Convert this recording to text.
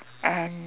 and